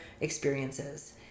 experiences